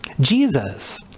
Jesus